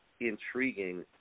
intriguing